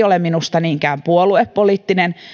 ole minusta niinkään puoluepoliittinen